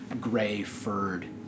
gray-furred